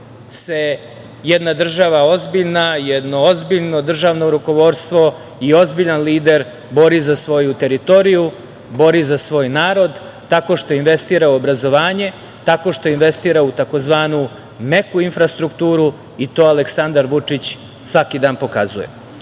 se jedna država ozbiljna, jedno ozbiljno državno rukovodstvo i ozbiljan lider bori za svoju teritoriju, bori za svoj narod, tako što investira u obrazovanje, tako što investira u tzv. meku infrastrukturu i to Aleksandar Vučić svaki dan pokazuje. Ono